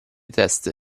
test